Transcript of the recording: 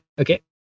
Okay